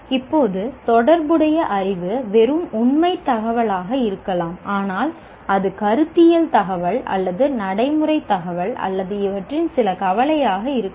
இப்போது தொடர்புடைய அறிவு வெறும் உண்மைத் தகவலாக இருக்கலாம் அல்லது அது கருத்தியல் தகவல் அல்லது நடைமுறைத் தகவல் அல்லது இவற்றின் சில கலவையாக இருக்கலாம்